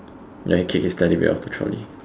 then the kid's taking Teddy bear out of the trolley